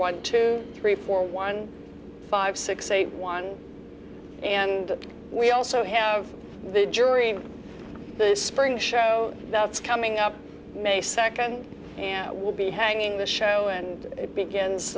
one two three four one five six eight one and we also have the jury in the spring show that's coming up may second and will be hanging the show and it begins